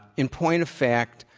in point of fact,